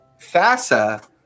FASA